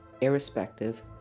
irrespective